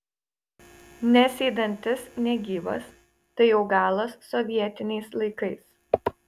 nes jei dantis negyvas tai jau galas sovietiniais laikais